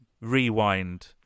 rewind